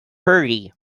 hurry